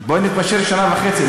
בוא נתפשר על שנה וחצי.